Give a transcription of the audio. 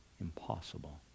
impossible